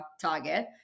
target